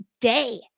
day